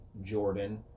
Jordan